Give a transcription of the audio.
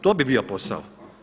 To bi bio posao.